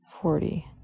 forty